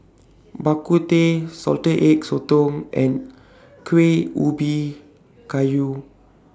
Bak Kut Teh Salted Egg Sotong and Kuih Ubi Kayu